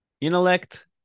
intellect